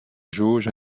jauge